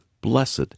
Blessed